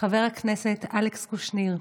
חבר הכנסת אלכס קושניר,